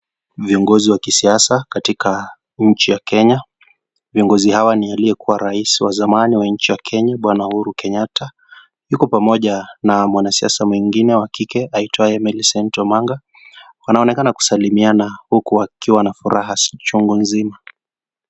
Viongozi wa kisiasa katika nchi ya Kenya, viongozi hawa ni aliyekuwa rais wa zamani wa nchi ya kenya bwana Uhuru Kenyatta yuko pamoja na mwanasiasa mwingine wa kike aitwaye Millicent Omanga wanaonekana kusalamiana huku wakiwa na furaha chungu nzima.